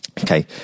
okay